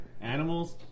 animals